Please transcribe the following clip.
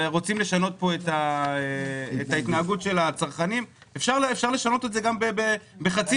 אפשר לשנות התנהגות צרכנית לטובה גם בחצי